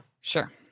Sure